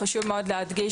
חשוב מאוד להדגיש,